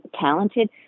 talented